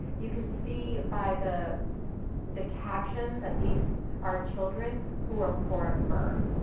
you can see by the the caption that these are children who are poor at birth.